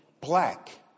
black